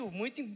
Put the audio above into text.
muito